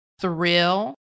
thrill